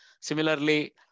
Similarly